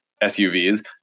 SUVs